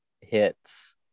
hits